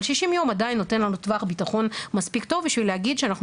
אבל 60 יום עדיין נותן לנו טווח ביטחון מספיק טוב בשביל להגיד שאנחנו